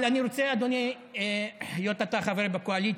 אני רוצה, אדוני, היות שאתה חבר קואליציה,